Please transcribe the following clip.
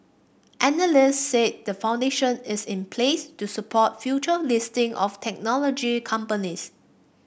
analysts said the foundation is in place to support future listing of technology companies